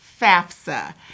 FAFSA